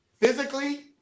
physically